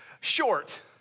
short